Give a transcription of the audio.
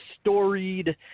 storied